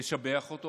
לשבח אותו.